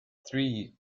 three